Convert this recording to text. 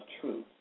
truth